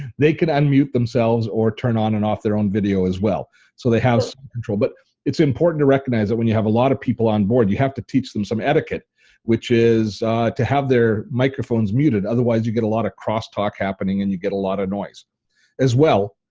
they can unmute themselves or turn on and off their own video as well so they have control but it's important to recognize that when you have a lot of people on board, you have to teach them some etiquette which is to have their microphones muted otherwise you get a lot of cross talk happening and you get a lot of noise as well.